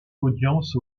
audience